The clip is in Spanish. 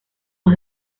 los